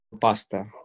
pasta